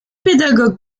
pédagogue